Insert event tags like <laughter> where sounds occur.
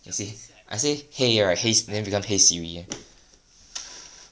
you see I say !hey! right !hey! then become !hey! siri eh <noise>